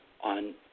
on